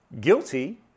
Guilty